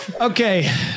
Okay